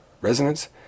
resonance